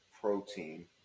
protein